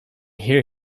here